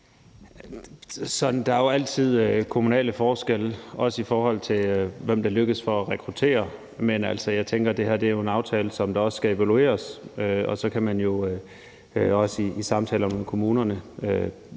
Der er jo altid kommunale forskelle, også i forhold til for hvem det lykkes at rekruttere. Men altså, jeg tænker, at det her jo er en aftale, som også skal evalueres, og så kan man også i samtaler med kommunerne